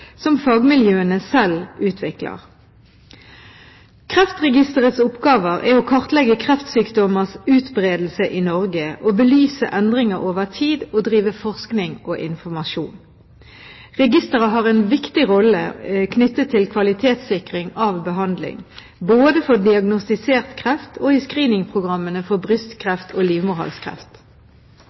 som fagmiljøene selv utvikler. Kreftregisterets oppgaver er å kartlegge kreftsykdommers utbredelse i Norge, belyse endringer over tid og drive forskning og informasjon. Registeret har en viktig rolle knyttet til kvalitetssikring av behandling, både for diagnostisert kreft og i screeningprogrammene for brystkreft og livmorhalskreft.